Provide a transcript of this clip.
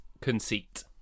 conceit